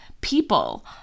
people